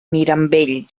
mirambell